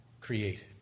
created